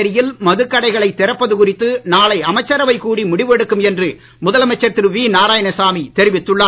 புதுச்சேரியில் மதுகடைகளை திறப்பது குறித்து நாளை அமைச்சரவை கூடி முடிவெடுக்கும் என்று முதலமைச்சர் திரு வி நாராயணசாமி தெரிவித்துள்ளார்